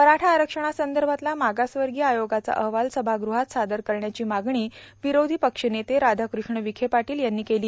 मराठा आरक्षणासंदभातला मागासवर्गाय आयोगाचा अहवाल सभागृहात सादर करण्याची मागणी विरोधी पक्षनेते राधाकृष्ण ववखे पाटाल यांनी केली